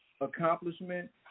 accomplishment